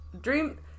Dream